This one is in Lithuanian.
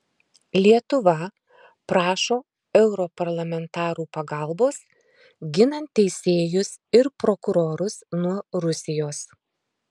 lietuva prašo europarlamentarų pagalbos ginant teisėjus ir prokurorus nuo rusijos